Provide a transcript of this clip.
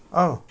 औ